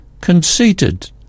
conceited